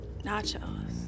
Nachos